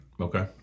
Okay